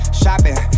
shopping